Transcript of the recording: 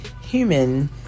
human